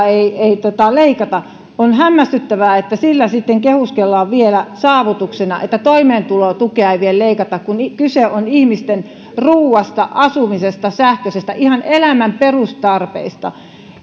ei ei leikata on hämmästyttävää että sillä sitten kehuskellaan vielä saavutuksena että toimeentulotukea ei leikata kun kyse on ihmisten ruuasta asumisesta sähköstä ihan elämän perustarpeista